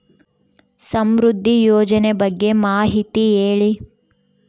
ಸಮೃದ್ಧಿ ಯೋಜನೆ ಬಗ್ಗೆ ಮಾಹಿತಿ ಹೇಳಿ?